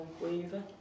Weaver